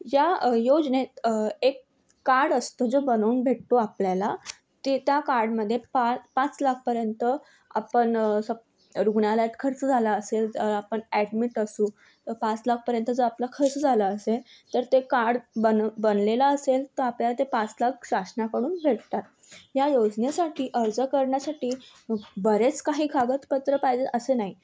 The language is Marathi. या योजनेत एक कार्ड असतो जो बनवून भेटतो आपल्याला ते त्या कार्डमध्ये पा पाच लाखपर्यंत आपण रुग्णालयात खर्च झाला असेल आपण ॲडमिट असू तर पाच लाखपर्यंत जर आपला खर्च झाला असेल तर ते कार्ड बन बनलेलं असेल तर आपल्याला ते पाच लाख शासनाकडून भेटतात या योजनेसाठी अर्ज करण्यासाठी बरेच काही कागदपत्र पाहिजे असे नाही